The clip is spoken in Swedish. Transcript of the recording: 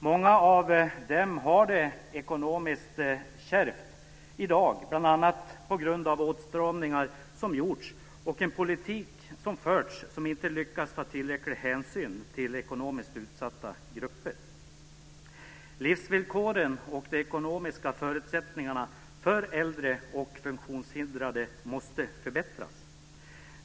Många av dem har det ekonomiskt kärvt i dag, bl.a. på grund av åtstramningar som gjorts och en politik som förts som inte lyckats ta tillräcklig hänsyn till ekonomiskt utsatta grupper. Livsvillkoren och de ekonomiska förutsättningarna för äldre och funktionshindrade måste förbättras.